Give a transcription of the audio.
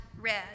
red